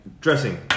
Dressing